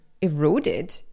eroded